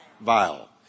Vile